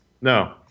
No